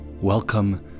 Welcome